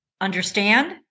understand